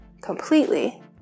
completely